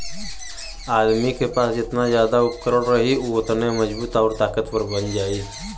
आदमी के पास जेतना जादा उपकरण रही उ ओतने मजबूत आउर ताकतवर बन जाई